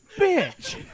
bitch